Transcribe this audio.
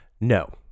No